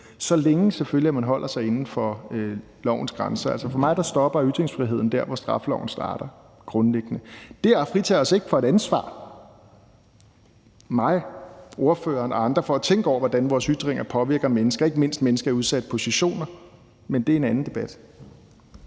så længe de selvfølgelig holder sig inden for lovens grænser. Altså, for mig stopper ytringsfriheden grundlæggende der, hvor straffeloven starter. Det fritager os ikke, altså mig og ordføreren og andre, for et ansvar for at tænke over, hvordan vores ytringer påvirker mennesker, ikke mindst mennesker i udsatte positioner, men det er en anden debat.